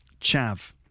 Chav